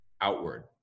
outward